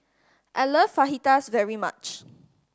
I like Fajitas very much